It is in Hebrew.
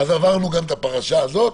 אז עברנו גם את הפרשה הזאת,